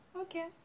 okay